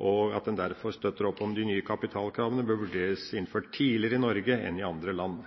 og at en derfor støtter opp om at de nye kapitalkravene bør vurderes innført tidligere i Norge enn i andre land.